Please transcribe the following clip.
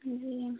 जी